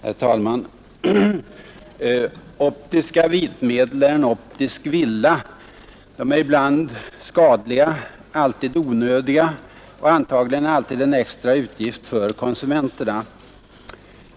Herr talman! Optiska vitmedel är en optisk villa. De är ibland skadliga, alltid onödiga och antagligen alltid en extra utgift för konsumenterna.